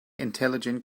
intelligent